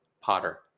Potter